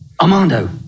Armando